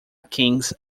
kings